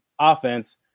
offense